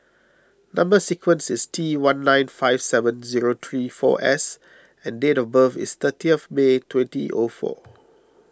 Number Sequence is T one nine five seven zero three four S and date of birth is thirty of May twenty O four